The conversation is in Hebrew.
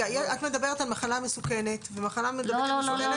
את מדברת על מחלה מסוכנת ומחלה מידבקת מסוכנת.